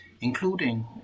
including